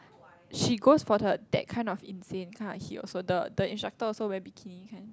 she goes for the that kind of insane kind of heat also the the instructor also wearing bikini kind